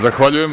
Zahvaljujem.